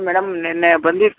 madam ನೆನ್ನೆ ಬಂದು